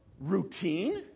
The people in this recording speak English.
routine